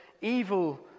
evil